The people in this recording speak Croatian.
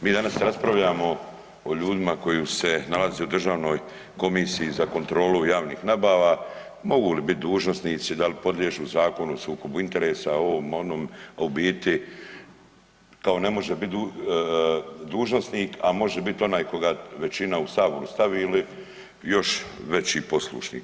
Mi danas raspravljamo o ljudima koji se nalaze u Državnoj komisiji za kontrolu javnih nabava, mogu li biti dužnosnici, da li podliježu zakonu, sukobu interesa, ovom onom, a u biti kao ne može biti dužnosnik, a može biti onaj koga veća u saboru stavi ili još veći poslušnik.